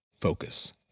Focus